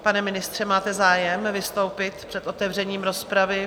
Pane ministře, máte zájem vystoupit před otevřením rozpravy?